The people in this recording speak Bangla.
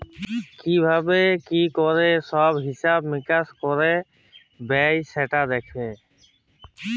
কি ভাবে কি ক্যরে সব হিছাব মিকাশ কয়রা হ্যবে সেটা দ্যাখে